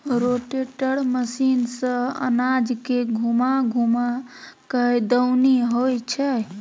rotator machine सँ अनाज के घूमा घूमा कय दऊनी होइ छै